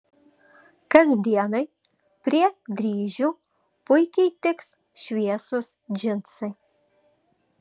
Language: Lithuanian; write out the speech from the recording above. kasdienai prie dryžių puikiai tiks šviesūs džinsai